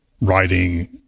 writing